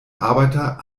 arbeiter